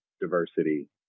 diversity